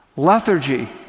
Lethargy